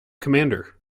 commander